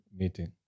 meeting